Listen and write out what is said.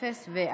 אין,